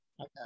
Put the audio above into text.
okay